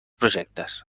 projectes